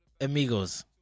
amigos